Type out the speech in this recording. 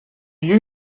you